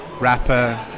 rapper